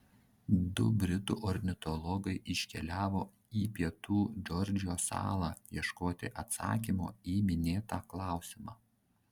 du britų ornitologai iškeliavo į pietų džordžijos salą ieškoti atsakymo į minėtą klausimą